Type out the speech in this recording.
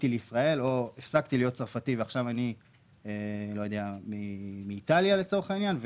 לישראל או הפסיק להיות צרפתי ועכשיו הוא מאיטליה לצורך העניין,